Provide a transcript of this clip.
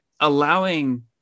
allowing